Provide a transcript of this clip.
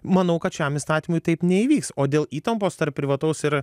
manau kad šiam įstatymui taip neįvyks o dėl įtampos tarp privataus ir